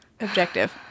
objective